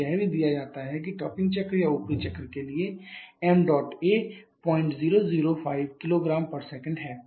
और यह भी दिया जाता है कि टॉपिंग चक्र या ऊपरी चक्र के लिए ṁA 0005 kg s है